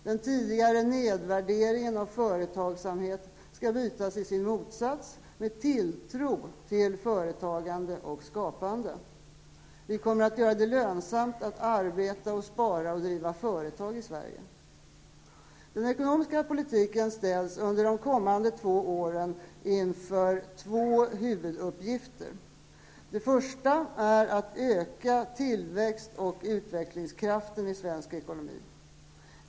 Den tidigare nedvärderingen av företagsamhet skall bytas i sin motsats med tilltro till företagande och skapande. Vi kommer att göra det lönsamt att arbeta, spara och driva företag i Sverige. Den ekonomiska politiken ställs under de kommande två åren inför två huvuduppgifter. Den första är att öka tillväxt och utvecklingskraften i svensk ekonomi.